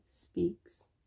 speaks